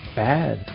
bad